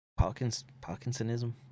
Parkinsonism